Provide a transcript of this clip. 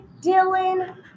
Dylan